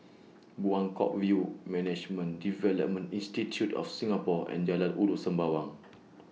Buangkok View Management Development Institute of Singapore and Jalan Ulu Sembawang